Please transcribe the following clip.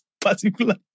particular